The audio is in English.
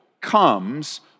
comes